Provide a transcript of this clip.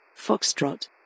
Foxtrot